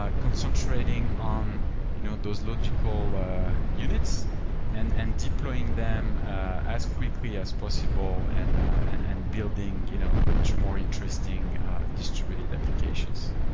ah concentrating on you know those logical units and and deploying them as quickly as possible and and and building you know much more interesting distributed applications.